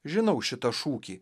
žinau šitą šūkį